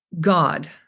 God